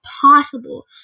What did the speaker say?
possible